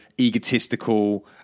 egotistical